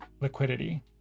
liquidity